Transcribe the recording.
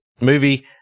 movie